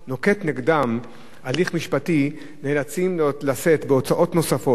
נוקט נגדם הליך משפטי נאלצים לשאת בהוצאות נוספות,